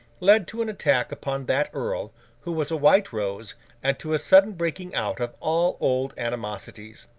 led to an attack upon that earl who was a white rose and to a sudden breaking out of all old animosities.